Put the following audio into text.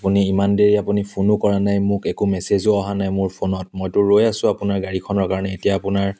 আপুনি ইমান দেৰি আপুনি ফোনো কৰা নাই মোক একো মেছেজো কৰা নাই মোৰ ফোনত মইতো ৰৈ আছোঁ আপোনাৰ গাড়ীখনৰ কাৰণে এতিয়া আপোনাৰ